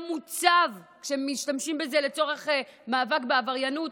כשמשתמשים בזה לצורך מאבק בעבריינות,